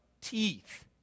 teeth